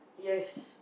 yes